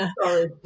Sorry